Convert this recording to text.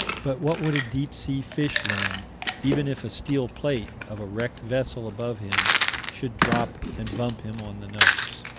but what would a deep-sea fish learn even if a steel plate of a wrecked vessel above him should drop and bump him on the nose?